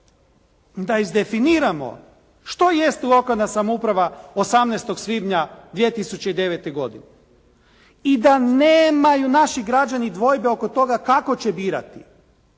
da izdefiniramo što jest lokalna samouprava 18. svibnja 2009. godine i da nemaju naši građani dvojbe oko toga kako će birati,